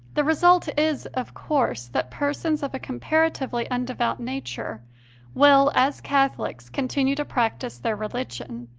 the result is, of course, that persons of a comparatively undevout nature will, as catholics, continue to practise their religion,